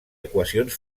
equacions